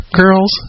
girls